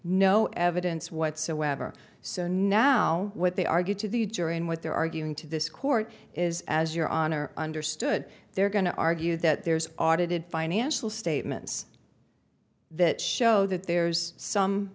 no evidence whatsoever so now what they argued to the jury and what they're arguing to this court is as your honor understood they're going to argue that there's audited financial statements that show that there's some